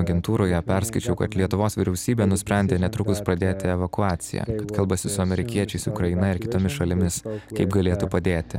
agentūroje perskaičiau kad lietuvos vyriausybė nusprendė netrukus pradėti evakuaciją kalbasi su amerikiečiais ukraina ir kitomis šalimis kaip galėtų padėti